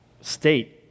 state